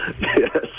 Yes